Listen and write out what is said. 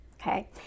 okay